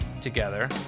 together